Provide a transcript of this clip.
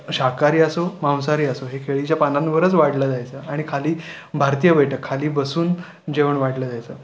शाकाहारी असो मांसाहारी असो हे केळीच्या पानांवरच वाढलं जायचं आणि खाली भारतीय बैठक खाली बसून जेवण वाढलं जायचं